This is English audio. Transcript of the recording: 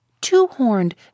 Two-horned